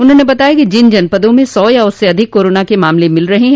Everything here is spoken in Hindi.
उन्होंन बताया कि जिन जनपदों में सौ या उससे अधिक कोरोना के मामल मिल रहे हैं